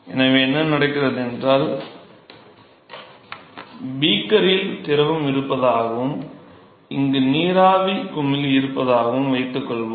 எனவே என்ன நடக்கிறது என்றால் பீக்கரில் திரவம் இருப்பதாகவும் இங்கு நீராவி குமிழி இருப்பதாகவும் வைத்துக்கொள்வோம்